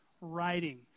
writing